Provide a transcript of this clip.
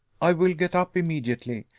i will get up immediately.